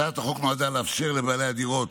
הצעת החוק נועדה לאפשר לבעלי הדירות